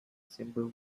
simple